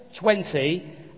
20